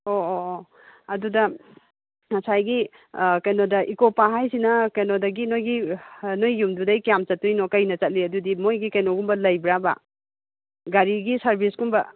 ꯑꯣ ꯑꯣ ꯑꯣ ꯑꯗꯨꯗ ꯉꯁꯥꯏꯒꯤ ꯀꯩꯅꯣꯗ ꯏꯀꯣ ꯄꯥꯔꯛ ꯍꯥꯏꯁꯤꯅ ꯀꯩꯅꯣꯗꯒꯤ ꯅꯣꯏꯒꯤ ꯅꯣꯏ ꯌꯨꯝꯗꯨꯗꯩ ꯀꯌꯥꯝ ꯆꯠꯇꯣꯏꯅ ꯀꯩꯅ ꯆꯠꯂꯤ ꯑꯗꯨꯗꯤ ꯃꯣꯏꯒꯤ ꯀꯩꯅꯣꯒꯨꯝꯕ ꯂꯩꯕ꯭ꯔꯥꯕ ꯒꯥꯔꯤꯒꯤ ꯁꯥꯔꯚꯤꯁꯀꯨꯝꯕ